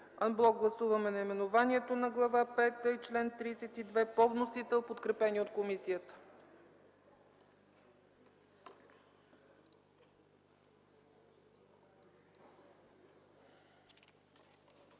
Анблок гласуваме наименованието на Глава пета и чл. 32 по вносител, подкрепени от комисията.